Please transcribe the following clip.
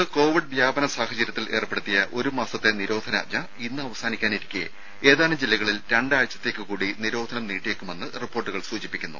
രുര കോവിഡ് വ്യാപന സാഹചര്യത്തിൽ സംസ്ഥാനത്ത് ഏർപ്പെടുത്തിയ ഒരു മാസത്തെ നിരോധനാജ്ഞ ഇന്ന് അവസാനിക്കാനിരിക്കെ ഏതാനും ജില്ലകളിൽ രണ്ടാഴ്ചത്തേക്ക് കൂടി നിരോധനം നീട്ടിയേക്കുമെന്ന് റിപ്പോർട്ടുകൾ സൂചിപ്പിക്കുന്നു